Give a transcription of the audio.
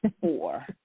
four